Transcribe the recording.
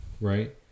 right